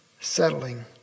settling